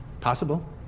Possible